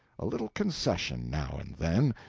a little concession, now and then,